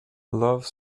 love